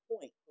point